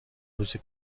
روزی